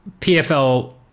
pfl